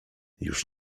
już